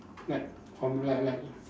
like from like like